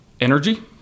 energy